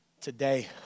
today